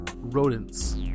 rodents